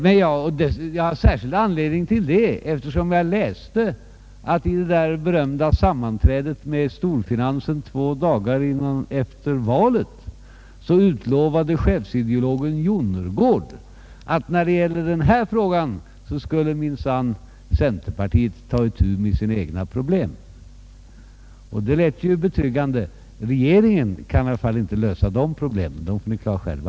Men jag läste att chefsideologen Jonnergård under det berömda sammanträdet med storfinansen två dagar efter valet utlovade att när det gällde denna fråga skulle minsann centerpartiet ta itu med sina egna problem. Det lät ju betryggande. Regeringen kan i varje fall inte lösa de problemen; dem får ni klara själva.